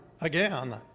again